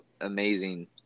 amazing